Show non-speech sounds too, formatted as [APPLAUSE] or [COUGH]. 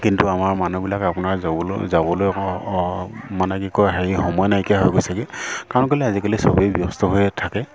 কিন্তু আমাৰ মানুহবিলাক আপোনাৰ যাবলৈ যাবলৈ [UNINTELLIGIBLE] মানে কি কয় হেৰি সময় নাইকীয়া হৈ গৈছেগৈ কাৰণ কেলৈৈ আজিকালি সবেই ব্যস্ত হৈয়ে থাকে